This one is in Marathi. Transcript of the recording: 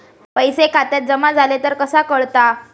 पैसे खात्यात जमा झाले तर कसा कळता?